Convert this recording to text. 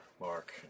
Mark